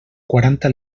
quaranta